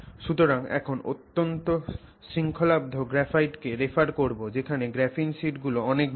সুতরাং এখন অত্যন্ত শৃঙ্খলাবদ্ধ গ্রাফাইট কে রেফার করবো যেখানে গ্রাফিন শিট গুলো অনেক বড়